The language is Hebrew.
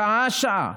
שעה-שעה,